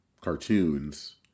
cartoons